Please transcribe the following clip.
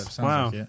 Wow